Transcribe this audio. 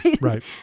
Right